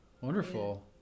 wonderful